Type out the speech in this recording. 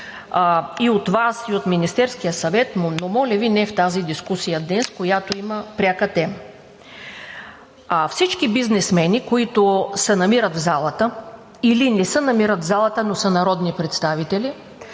и от Вас, и от Министерския съвет, но моля Ви, не в тази дискусия днес, която има пряка тема. Всички бизнесмени, които се намират в залата или не се намират в залата, но са народни представители,